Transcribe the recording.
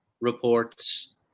reports